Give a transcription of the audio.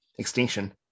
extinction